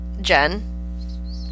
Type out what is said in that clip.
Jen